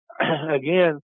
Again